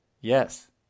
Yes